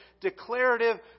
declarative